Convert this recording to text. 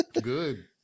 Good